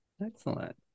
Excellent